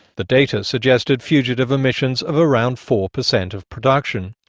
the data suggested fugitive emissions of around four percent of production.